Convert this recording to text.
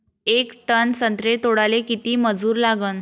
येक टन संत्रे तोडाले किती मजूर लागन?